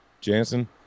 Jansen